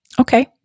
okay